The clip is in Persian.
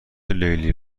لیلی